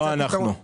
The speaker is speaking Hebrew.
לא אמר את